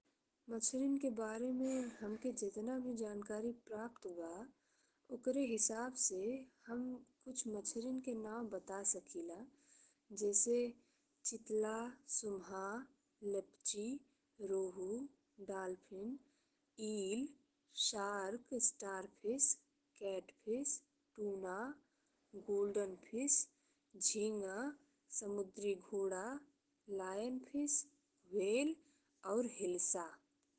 मछरीन के बारे में हमके जतना भी जानकारी प्राप्त ओकर हिसाब से हम कुछ मछरीन के नाम बता सकिला जैसे चितला, सुम्हा, लेपची, rohu, dolphin, eel, shark, starfish, catfish, tuna, golden fish, झींगा, समुद्रीघोड़ा, लायनफिश, व्हेल और हिल्सा।